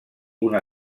una